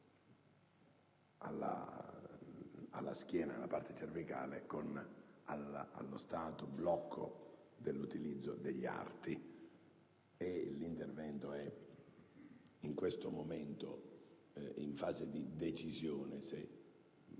alla schiena, alla parte cervicale, con allo stato blocco dell'utilizzo degli arti. È in questo momento in fase di decisione se